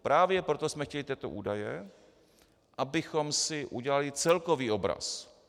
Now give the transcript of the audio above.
Právě proto jsme chtěli tyto údaje, abychom si udělali celkový obraz.